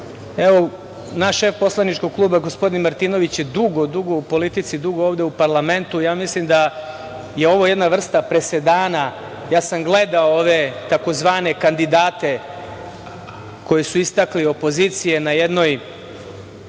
evo naš šef poslaničkog kluba gospodin Martinović je dugo, dugo u politici i dugo ovde u parlamentu i ja mislim da je ovo jedna vrsta presedana. Ja sam gledao ove tzv. kandidate koje je istakla opozicija u jednoj